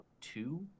two